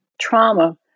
trauma